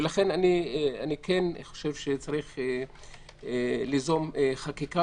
לכן אני כן חושב שצריך ליזום חקיקה